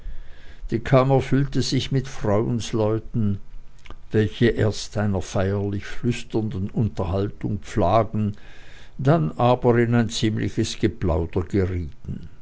die kammer füllte sich mit frauensleuten welche erst einer feierlich flüsternden unterhaltung pflagen dann aber in ein ziemliches geplauder gerieten